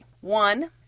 One